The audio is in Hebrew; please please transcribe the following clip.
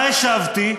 מה השבתי?